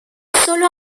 solo